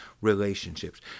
relationships